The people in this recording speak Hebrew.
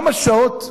כמה שעות,